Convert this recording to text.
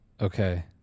Okay